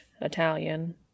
Italian